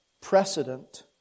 precedent